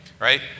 right